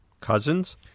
Cousins